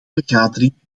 vergadering